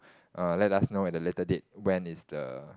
err let us know at a later date when is the